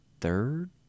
third